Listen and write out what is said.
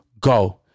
go